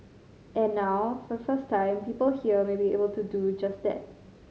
and now for the first time people here may be able to do just that